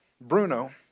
Bruno